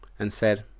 and said,